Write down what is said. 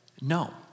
no